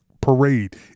parade